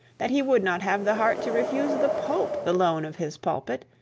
that he would not have the heart to refuse the pope, the loan of his pulpit,